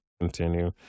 Continue